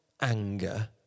anger